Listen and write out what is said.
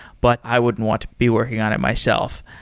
but i wouldn't want to be working on it myself.